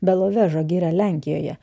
belovežo giria lenkijoje